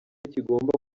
kigomba